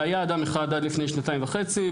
זה היה אדם אחד עד לפני שנתיים וחצי,